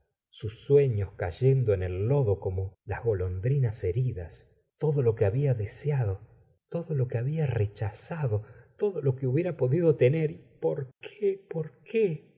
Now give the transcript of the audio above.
sus sueños cayendo en el lodo como las golondrinas heridas todo lo que había deseado todo lo que había rechazado todo lo que hubiera podido tener y por qué por qué